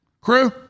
Crew